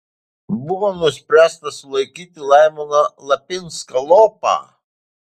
buvo nuspręsta sulaikyti laimoną lapinską lopą